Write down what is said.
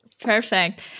Perfect